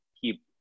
keep